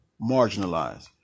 marginalized